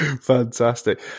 Fantastic